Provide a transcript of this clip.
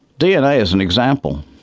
dna is an example.